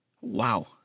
Wow